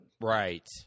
Right